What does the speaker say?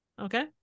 Okay